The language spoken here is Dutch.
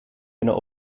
kunnen